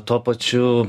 tuo pačiu